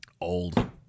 Old